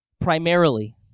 primarily